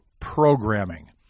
programming